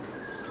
yes